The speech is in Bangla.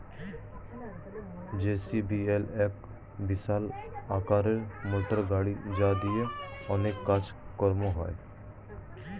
জে.সি.বি হল এক বিশাল আকারের মোটরগাড়ি যা দিয়ে অনেক কাজ কর্ম হয়